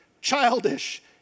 childish